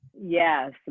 yes